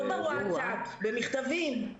לא בווטסאפ, במכתבים.